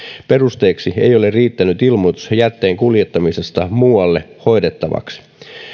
perusteeksi ei ole riittänyt ilmoitus jätteen kuljettamisesta muualle hoidettavaksi